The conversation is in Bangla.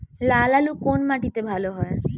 লাল আলু কোন মাটিতে ভালো হয়?